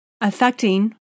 affecting